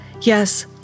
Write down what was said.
Yes